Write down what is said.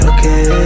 Okay